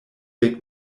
dek